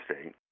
state